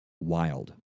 wild